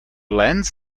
lens